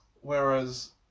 whereas